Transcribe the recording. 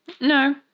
No